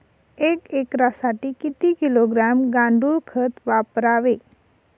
एक एकरसाठी किती किलोग्रॅम गांडूळ खत वापरावे?